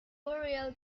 burial